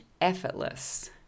effortless